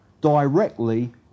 directly